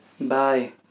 Bye